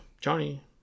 Johnny